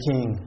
King